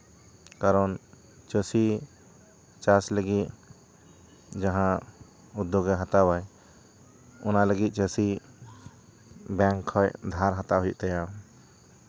ᱠᱟᱨᱚᱱ ᱪᱟᱹᱥᱤ ᱪᱟᱥ ᱞᱟᱹᱜᱤᱫ ᱡᱟᱦᱟᱸ ᱩᱫᱽᱫᱳᱜᱽ ᱮ ᱦᱟᱛᱟᱣᱟᱭ ᱚᱱᱟ ᱞᱟᱹᱜᱤᱫ ᱪᱟᱹᱥᱤ ᱵᱮᱝᱠ ᱠᱷᱚᱡ ᱫᱷᱟᱨ ᱦᱟᱛᱟᱣ ᱦᱩᱭᱩᱜ ᱛᱟᱭᱟ